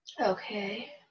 Okay